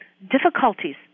difficulties